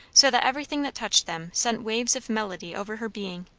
so that everything that touched them sent waves of melody over her being.